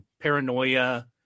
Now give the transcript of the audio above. paranoia